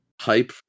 hype